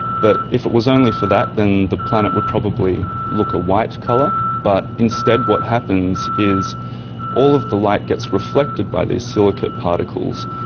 but if it was only for that then the planet would probably look a white colour, but instead what happens is all of the light gets reflected by these silicate particles,